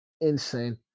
insane